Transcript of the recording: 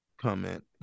comment